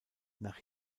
nach